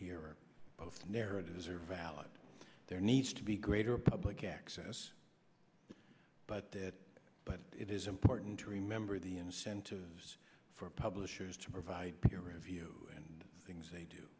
of narratives are valid there needs to be greater public access but that but it is important to remember the incentives for publishers to provide peer review and things they do